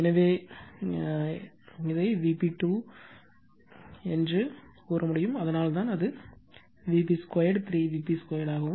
எனவே இது Vp 2 தான் அதனால்தான் அது Vp 2 3 Vp 2 ஆகும்